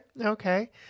okay